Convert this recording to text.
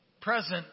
Present